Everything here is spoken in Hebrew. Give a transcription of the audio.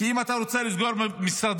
כי אם אתה רוצה לסגור משרדים,